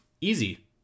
easy